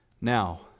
Now